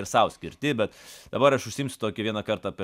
ir sau skirti bet dabar aš užsiimsiu tokį vieną kartą per